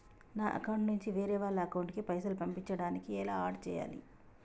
నా అకౌంట్ నుంచి వేరే వాళ్ల అకౌంట్ కి పైసలు పంపించడానికి ఎలా ఆడ్ చేయాలి?